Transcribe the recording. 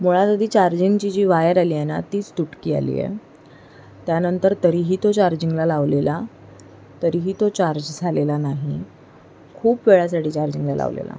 मुळात आधी चार्जिंगची जी वायर आली आहे ना तीच तुटकी आली आहे त्यानंतर तरीही तो चार्जिंगला लावलेला तरी ही तो चार्ज झालेला नाही खूप वेळासाठी चार्जिंगला लावलेला